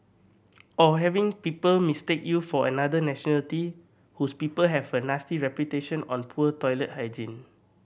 or having people mistake you for another nationality whose people have a nasty reputation on poor toilet hygiene